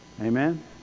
Amen